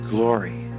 glory